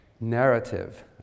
narrative